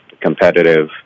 competitive